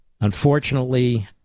Unfortunately